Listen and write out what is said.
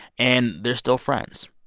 and they're still friends.